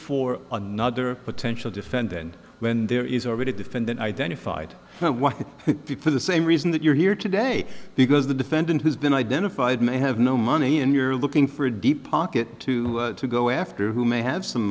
for another potential defendant when there is already a defendant identified one for the same reason that you're here today because the defendant has been identified may have no money and you're looking for a deep pocket to go after who may have some